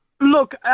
Look